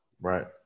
Right